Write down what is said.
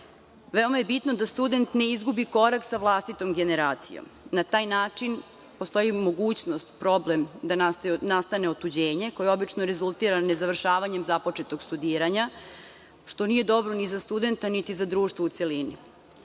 Veoma je bitno da student ne izgubi korak sa vlastitom generacijom. Na taj način postoji mogućnost, problem, da nastane otuđenje koje obično rezultira nezavršavanjem započetog studiranja, što nije dobro ni za studenta, niti za društvo u